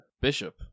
Bishop